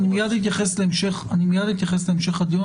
אני מיד אתייחס להמשך הדיון,